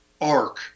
arc